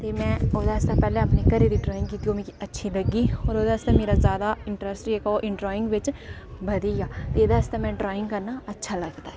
ते में ओह्दे आस्तै पैह्ले अपनै घरै दी ड्राइंग कीती ते ओह् मिगी अच्छी लग्गी ते ओह्दे आस्तै ज्यादा इंट्रस्ट ऐ ओह् ड्राइंग च बधी गेआ एह्दे आस्तै मिगी ड्राइंग करना अच्छी लगदा ऐ